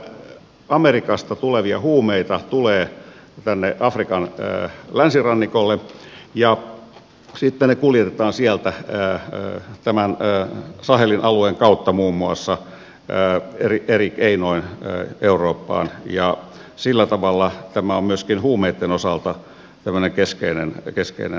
etelä amerikasta tulevia huumeita tulee tänne afrikan länsirannikolle ja sitten ne kuljetetaan sieltä sahelin alueen kautta muun muassa eri keinoin eurooppaan ja sillä tavalla tämä on myöskin huumeitten osalta tämmöinen keskeinen alue